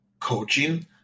coaching